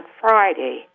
Friday